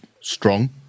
strong